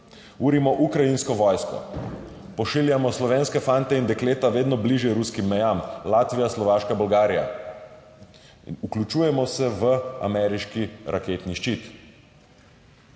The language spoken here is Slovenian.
Urimo ukrajinsko vojsko, pošiljamo slovenske fante in dekleta vedno bližje ruskim mejam: Latvija, Slovaška, Bolgarija. Vključujemo se v ameriški raketni ščit.